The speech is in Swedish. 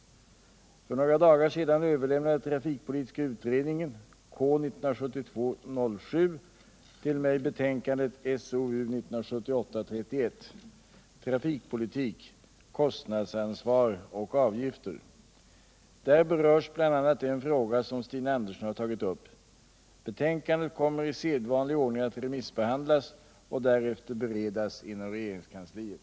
För några dagar sedan överlämnade trafikpolitiska utredningen till mig betänkandet Trafikpolitik — kostnadsansvar och avgifter. Där berörs bl.a. den fråga som Stina Andersson har tagit upp. Betänkandet kommer i sedvanlig ordning att remissbehandlas och därefter beredas inom regeringskansliet.